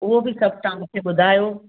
उहो बि सभु तव्हां मूंखे ॿुधायो